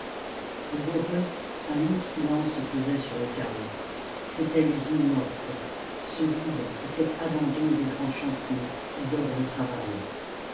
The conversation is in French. au voreux un lourd silence pesait sur le carreau c'était l'usine morte ce vide et cet abandon des grands chantiers où dort le travail